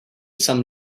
some